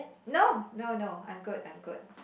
no no no I'm good I'm good